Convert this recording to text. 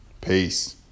Peace